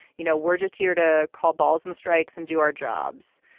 you know, we're just here to call balls and strikes and do our jobs.